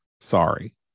sorry